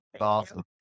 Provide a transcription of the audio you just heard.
awesome